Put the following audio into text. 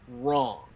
wrong